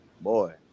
Boy